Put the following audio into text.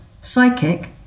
psychic